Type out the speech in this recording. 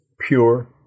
pure